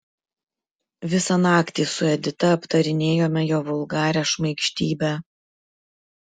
visą naktį su edita aptarinėjome jo vulgarią šmaikštybę